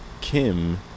Kim